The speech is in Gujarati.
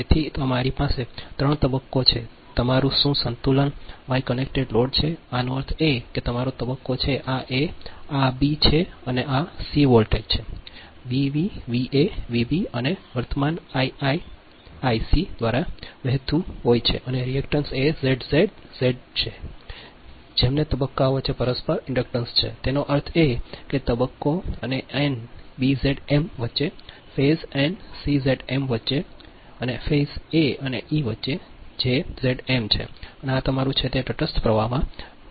તેથી તમારી પાસે 3 તબક્કો છે કે તમારું શું સંતુલન વાય કનેક્ટેડ લોડ છે આનો અર્થ એ કે તે તમારા તબક્કો છે આ આ છે આ બી છે અને આ સી વોલ્ટેજ છે વાવ વીબી અને વર્તમાન આ આઈઆઈ આઈસી દ્વારા વહેતું હોય છે અને રીએક્ટન્સ એ ઝેડ ઝેડ ઝેસબુટ છે જેમને તબક્કાઓ વચ્ચે પરસ્પર ઇન્ડક્ટન્સ છે તેનો અર્થ એ કે તબક્કો અને એ અને બીઝેડએમ વચ્ચે ફેઝ બેન્ડ સીઝેડએમ વચ્ચે અને ફેઝ એ અને ઇ વચ્ચે જે ઝેડએમ છે અને આ તમારું છે તે તટસ્થ પ્રવાહમાં છે